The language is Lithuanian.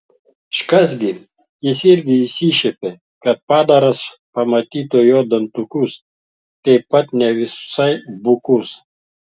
škac gi jis irgi išsišiepė kad padaras pamatytų jo dantukus taip pat ne visai bukus